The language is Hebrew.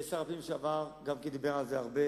גם שר הפנים לשעבר דיבר על זה הרבה.